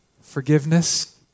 forgiveness